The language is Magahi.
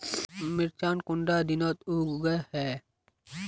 मिर्चान कुंडा दिनोत उगैहे?